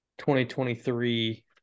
2023